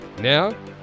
Now